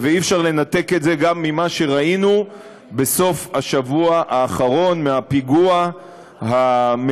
ואי-אפשר לנתק את זה גם ממה שראינו בסוף השבוע האחרון בפיגוע המצער,